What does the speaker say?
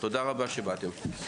כדי להכאיב לך אז פוגעים בקרוב משפחה.